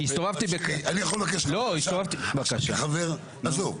אני יכול לבקש, חבר, עזוב.